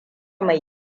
mai